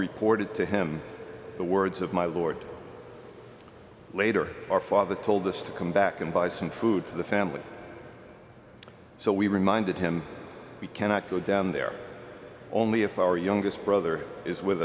reported to him the words of my lord later our father told us to come back and buy some food for the family so we reminded him we cannot go down there only if our youngest brother is with